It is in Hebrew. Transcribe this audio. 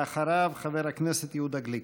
ואחריו, חבר הכנסת יהודה גליק.